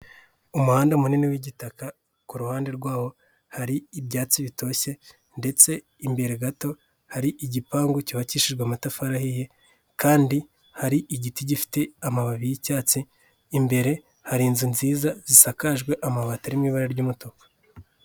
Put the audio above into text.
Umuhanda munini w'igitaka, ku ruhande rwawo hari ibyatsitoshye ndetse imbere gato hari igipangu cyubakishijwe amatafarihi ahiye kandi hari igiti gifite amababi y'icyatsi, imbere hari inzu nziza zisakajwe amabati arimo ibara ry'umutuku.